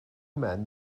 men